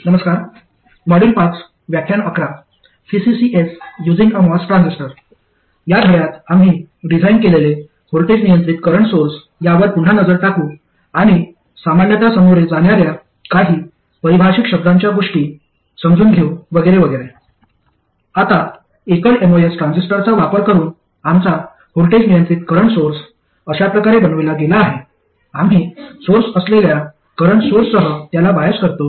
आता एकल एमओएस ट्रान्झिस्टरचा वापर करून आमचा व्होल्टेज नियंत्रित करंट सोर्स अशाप्रकारे बनविला गेला आहे आम्ही सोर्स असलेल्या करंट सोर्ससह त्याला बायस करतो